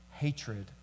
Hatred